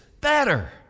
better